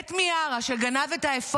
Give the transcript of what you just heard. אמור להעמיד לדין את מיארה, שגנב את האפוד,